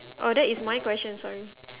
oh that is my question sorry